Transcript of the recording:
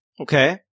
Okay